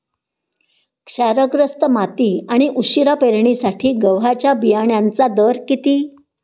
क्षारग्रस्त माती आणि उशिरा पेरणीसाठी गव्हाच्या बियाण्यांचा दर किती?